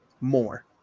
more